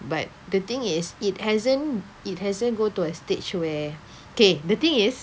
but the thing is it hasn't it hasn't go to a stage where okay the thing is